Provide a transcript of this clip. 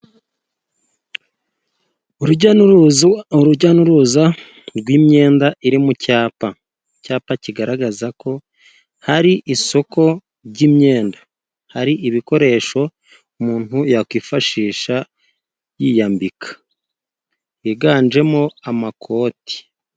Urujya n'uruza rw'imyenda iri mu cyapa. Icyapa kigaragaza ko hari isoko ry'imyenda. Hari ibikoresho umuntu yakwifashisha yiyambika. Higanjemo amakoti.